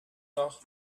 noch